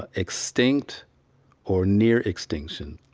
ah extinct or near extinction.